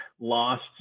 lost